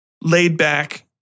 laid-back